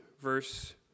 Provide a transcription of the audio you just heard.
verse